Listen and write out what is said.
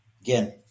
Again